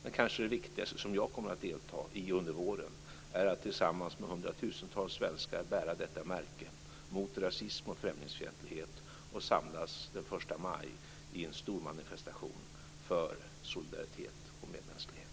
Det kanske viktigaste som jag kommer att delta i under våren är att tillsammans med hundratusentals svenskar bära ett märke mot rasism och främlingsfientlighet och samlas förstamaj i en stor manifestation för solidaritet och medmänsklighet.